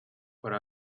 but